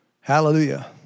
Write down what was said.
Hallelujah